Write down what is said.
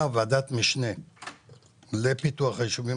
- הוקמה בראשותי ועדת משנה לפיתוח היישובים